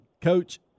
Coach